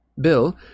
Bill